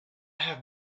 have